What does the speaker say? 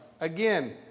Again